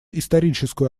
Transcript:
историческую